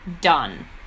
done